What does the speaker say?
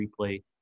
replay